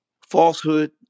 falsehood